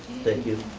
thank you.